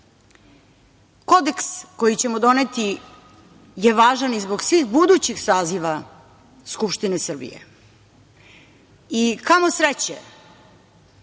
birali. Kodeks koji ćemo doneti je važan i zbog svih budućih saziva Skupštine Srbije. Kamo sreće